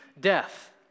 death